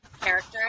character